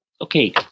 okay